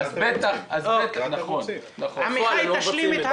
אז בטח --- אלה התירוצים.